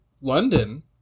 London